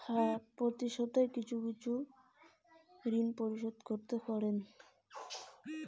আমি কি প্রতি সপ্তাহে কিছু কিছু করে ঋন পরিশোধ করতে পারি?